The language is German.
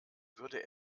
würde